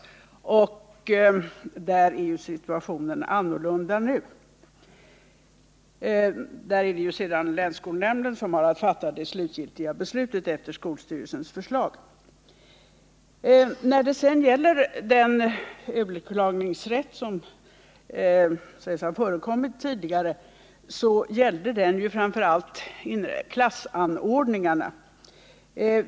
Därvidlag är situationen annorlunda nu, och det är länsskolnämnden som har att fatta det slutgiltiga beslutet efter skolstyrelsens förslag. Den överklagningsrätt som har förekommit tidigare gällde framför allt klassanordningarna.